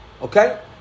Okay